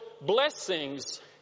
blessings